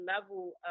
level